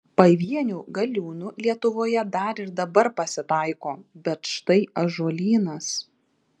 pavienių galiūnų lietuvoje dar ir dabar pasitaiko bet štai ąžuolynas